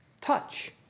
touch